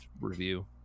review